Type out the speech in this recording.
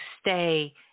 stay